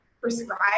prescribe